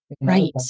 Right